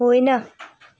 होइन